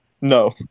No